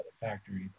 factory